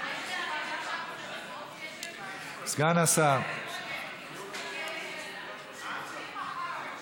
ומיסי הממשלה (פטורין) (סמכות הרשות המקומית לפטור מארנונה